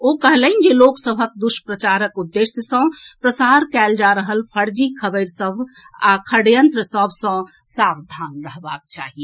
ओ कहलनि जे लोक सभक दुष्प्रचारक उद्देश्य सँ पसार कएल जा रहल फर्जी खबरि सभ आ षड्यंत्र सभ सँ सावधान रहबाक चाही